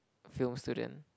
film student